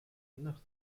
nach